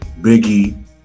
Biggie